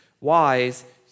wise